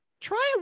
Try